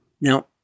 Now